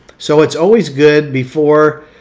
so it's always good before